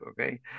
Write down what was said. okay